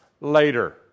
later